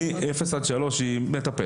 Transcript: מגיל לידה ועד גיל שלוש הן מטפלות.